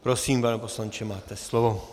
Prosím, pane poslanče, máte slovo.